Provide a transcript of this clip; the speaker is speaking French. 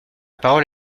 parole